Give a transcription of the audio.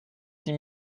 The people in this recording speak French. six